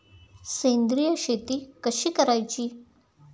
सेंद्रिय शेती कशी करायची?